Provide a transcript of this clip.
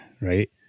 right